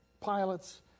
pilots